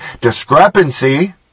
discrepancy